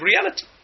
reality